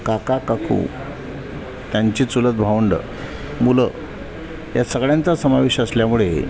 काका काकू त्यांची चुलत भावंडं मुलं या सगळ्यांचा समावेश असल्यामुळे